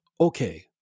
Okay